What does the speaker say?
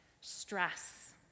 stress